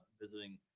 visiting